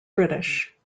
british